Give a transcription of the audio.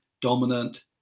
dominant